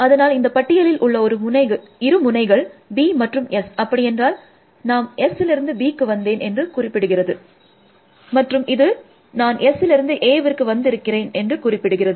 அதனால் இந்த பட்டியலில் உள்ள இரு முனைகள் B மற்றும் S அப்படியென்றால் நாம் Sலிருந்து Bக்கு வந்தேன் என்று குறிப்பிடுகிறது மற்றும் இது நான் Sலிருந்து Aவிற்கு வந்திருக்கிறேன் என்று குறிப்பிடுகிறது